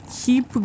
keep